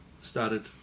started